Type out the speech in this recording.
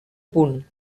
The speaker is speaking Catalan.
punt